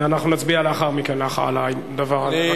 ואנחנו נצביע לאחר מכן על הדבר הזה.